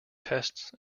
tests